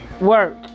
work